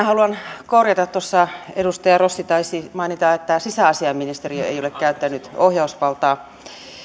haluan korjata tuossa edustaja rossi taisi mainita että sisäasiainministeriö ei ole käyttänyt ohjausvaltaa